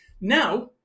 Now